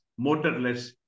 motorless